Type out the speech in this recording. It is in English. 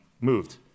moved